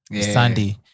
Sunday